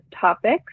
topics